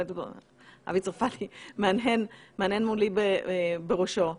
אבי צרפתי מהנהן מולי בראשו.